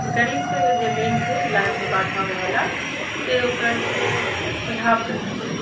गरीबके जे मेन छै इलाजमे बाधा होइवला से ओकर छै सुझावके कमी